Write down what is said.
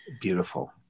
beautiful